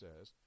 says